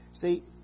See